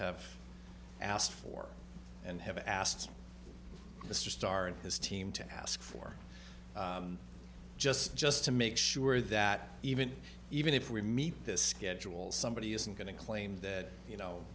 have asked for and have asked mr starr and his team to ask for just just to make sure that even even if we meet this schedule somebody isn't going to claim that you know